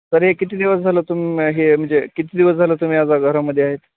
sir हे किती दिवस झालं तुम हे म्हणजे किती दिवस झालं तुम्ही आता घरामध्ये आहेत